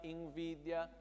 invidia